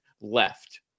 left